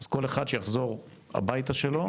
אז כל אחד, שיחזרו לבית שלו,